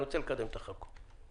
אני רוצה לקדם את הצעת החוק.